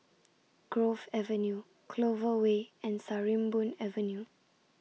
Grove Avenue Clover Way and Sarimbun Avenue